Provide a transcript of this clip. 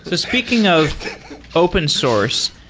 speaking of open source,